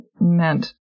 meant